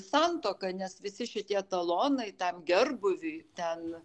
santuoka nes visi šitie talonai tam gerbūviui ten